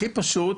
הכי פשוט,